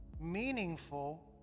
meaningful